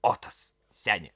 otas seni